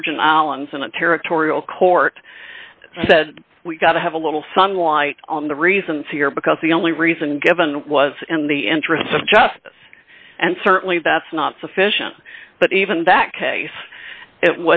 virgin islands in a territorial court said we've got to have a little sunlight on the reasons here because the only reason given was in the interests of justice and certainly that's not sufficient but even in that case it